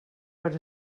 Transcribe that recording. per